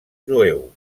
jueu